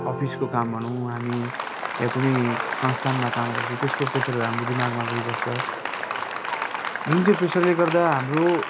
अफिसको काम भनौँ हामी या कुनै संस्थानमा काम गर्छौँ त्यसको प्रेसर हाम्रो दिमागमा भइबस्छ जुन चाहिँ प्रेसरले गर्दा हाम्रो